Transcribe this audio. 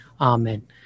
Amen